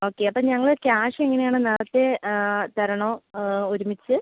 okay അപ്പോൾ ഞങ്ങൾ cash എങ്ങനെയാണ് നേരത്തെ തരണോ ഒരുമിച്ച്